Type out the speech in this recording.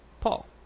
Paul